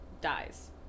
dies